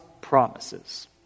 promises